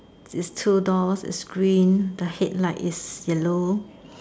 it's two doors it's green the head light is yellow